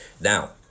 now